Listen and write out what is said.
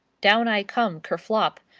down i come kerflop,